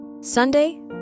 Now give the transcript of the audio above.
Sunday